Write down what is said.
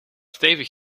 stevig